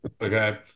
Okay